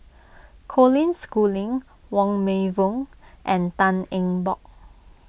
Colin Schooling Wong Meng Voon and Tan Eng Bock